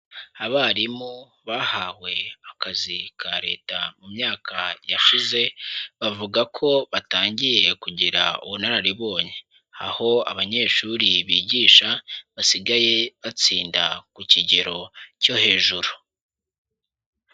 Abarimu bahawe akazi ka Leta mu myaka yashize bavuga ko batangiye kugira ubunararibonye, aho abanyeshuri bigisha basigaye batsinda ku kigero cyo hejuru.